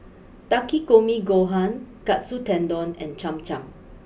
Takikomi Gohan Katsu Tendon and Cham Cham